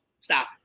Stop